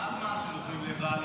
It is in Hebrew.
מה הזמן שנותנים לבעל